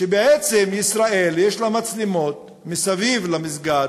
שבעצם לישראל יש מצלמות מסביב למסגד,